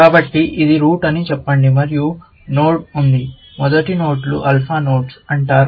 కాబట్టి ఇది రూట్ అని చెప్పండి మరియు నోడ్ ఉంది మొదటి నోడ్లను ఆల్ఫా నోడ్స్ అంటారు